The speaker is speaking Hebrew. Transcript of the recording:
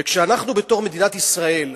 וכשאנחנו, כמדינת ישראל,